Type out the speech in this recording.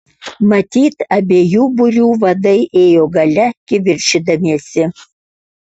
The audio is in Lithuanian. matyt abiejų būrių vadai ėjo gale kivirčydamiesi